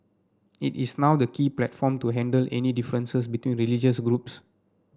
it is now the key platform to handle any differences between religious groups